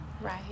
Right